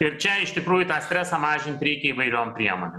ir čia iš tikrųjų tą stresą mažint reikia įvairiom priemonėm